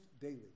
daily